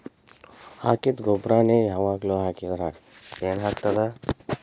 ಹಾಕಿದ್ದ ಗೊಬ್ಬರಾನೆ ಯಾವಾಗ್ಲೂ ಹಾಕಿದ್ರ ಏನ್ ಆಗ್ತದ?